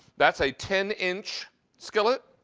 that's a ten inch skillet,